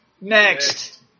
Next